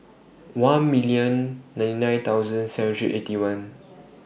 one million ninety nine thousand seven hundred Eighty One